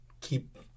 keep